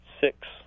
Six